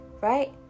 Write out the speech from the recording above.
right